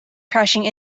crashing